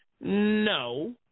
No